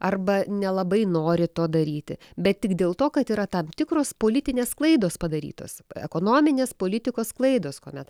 arba nelabai nori to daryti bet tik dėl to kad yra tam tikros politinės klaidos padarytos ekonominės politikos klaidos kuomet